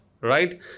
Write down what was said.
right